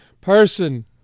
person